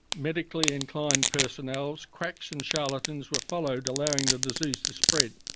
medically inclined personnel, quacks and charlatans were followed allowing the disease to spread.